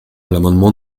l’amendement